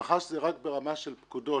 מאחר שזה רק ברמה של פקודות,